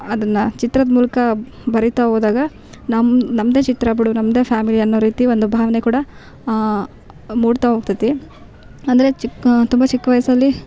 ಅದನ್ನು ಚಿತ್ರದ ಮೂಲಕ ಬರಿತಾ ಹೋದಾಗ ನಮ್ಮ ನಮ್ಮದೇ ಚಿತ್ರ ಬಿಡು ನಮ್ಮದೇ ಫ್ಯಾಮಿಲಿ ಅನ್ನೋ ರೀತಿ ಒಂದು ಭಾವನೆ ಕೂಡ ಮೂಡ್ತಾ ಹೋಗ್ತೈತಿ ಅಂದರೆ ಚಿಕ್ಕ ತುಂಬ ಚಿಕ್ಕ ವಯಸ್ಸಲ್ಲಿ